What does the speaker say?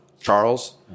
Charles